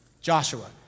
Joshua